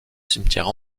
cimetière